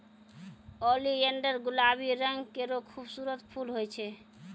oleander गुलाबी रंग केरो खूबसूरत फूल होय छै